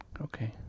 Okay